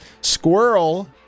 Squirrel